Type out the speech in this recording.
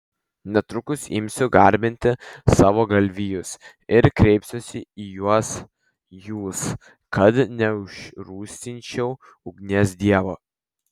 netrukus imsiu garbinti savo galvijus ir kreipsiuosi į juos jūs kad neužrūstinčiau ugnies dievo